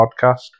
podcast